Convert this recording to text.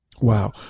Wow